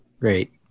Great